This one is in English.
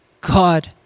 God